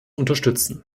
unterstützen